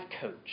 coach